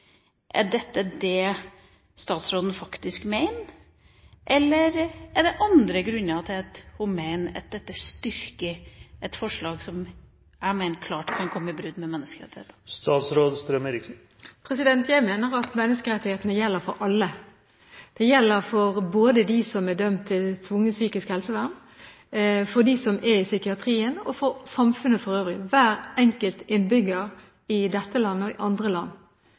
Er dette det statsråden faktisk mener, eller er det andre grunner til at hun mener at dette styrker et forslag som jeg mener klart kan komme i brudd med menneskerettighetene? Jeg mener at menneskerettighetene gjelder for alle. Det gjelder både for dem som er dømt til tvungent psykisk helsevern, for dem som er i psykiatrien, og for samfunnet for øvrig – hver enkelt innbygger i dette landet og i andre land.